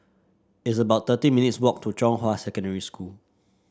it's about thirty minutes' walk to Zhonghua Secondary School